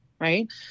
right